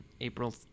April